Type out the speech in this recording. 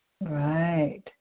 Right